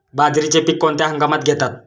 बाजरीचे पीक कोणत्या हंगामात घेतात?